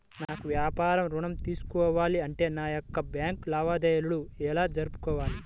నాకు వ్యాపారం ఋణం తీసుకోవాలి అంటే నా యొక్క బ్యాంకు లావాదేవీలు ఎలా జరుపుకోవాలి?